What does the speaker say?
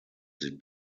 sich